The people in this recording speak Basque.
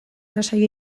lasai